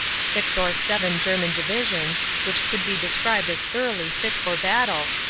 six or seven german divisions, which could be described as thoroughly fit for battle,